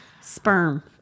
sperm